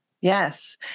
Yes